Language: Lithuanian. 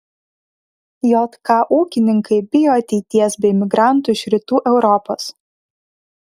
jk ūkininkai bijo ateities be imigrantų iš rytų europos